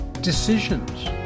decisions